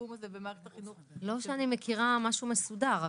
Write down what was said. בתחום הזה במערכת החינוך --- לא שאני מכירה משהו מסודר,